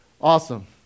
Awesome